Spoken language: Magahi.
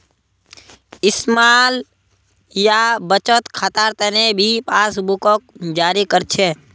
स्माल या बचत खातार तने भी पासबुकक जारी कर छे